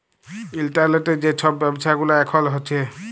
ইলটারলেটে যে ছব ব্যাব্ছা গুলা এখল হ্যছে